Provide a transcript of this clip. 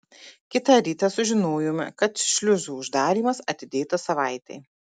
kitą rytą sužinojome kad šliuzų uždarymas atidėtas savaitei